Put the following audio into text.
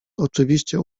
oczywiście